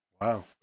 Wow